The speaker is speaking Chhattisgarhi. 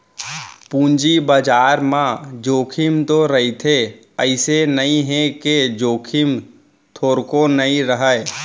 पूंजी बजार म जोखिम तो रहिथे अइसे नइ हे के जोखिम थोरको नइ रहय